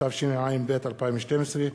התשע"ב 2012,